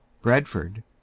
Bradford